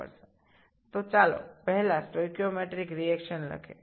সুতরাং আসুন প্রথমে স্টোচিওমেট্রিক বিক্রিয়া লিখি